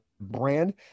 brand